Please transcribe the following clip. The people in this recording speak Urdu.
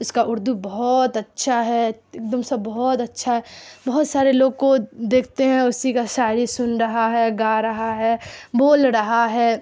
اس کا اردو بہت اچھا ہے ایک دم سے بہت اچھا ہے بہت سارے لوگ کو دیکھتے ہیں اسی کا شاعری سن رہا ہے گا رہا ہے بول رہا ہے